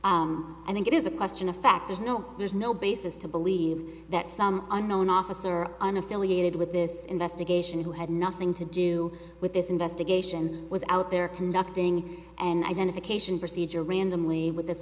officers i think it is a question of fact there's no there's no basis to believe that some unknown officer or an affiliated with this investigation who had nothing to do with this investigation was out there conducting an identification procedure randomly with this